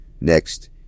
Next